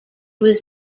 was